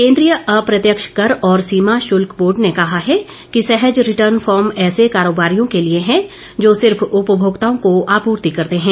केन्द्रीय अप्रत्यक्ष कर और सीमा शुल्क बोर्ड ने कहा है कि सहज रिटर्न फार्म ऐसे कारोबारियों के लिये है जो सिर्फ उपभोक्ताओं को आपूर्ति करते हैं